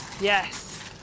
Yes